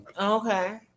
Okay